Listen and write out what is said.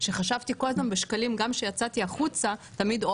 שחשבתי כל הזמן בשקלים גם כשיצאתי החוצה תמיד או